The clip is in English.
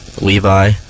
Levi